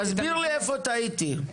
תסביר לי איפה טעיתי.